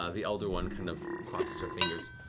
ah the elder one kind of crosses her fingers.